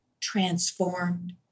transformed